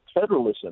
federalism